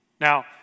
Now